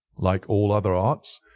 like all other arts,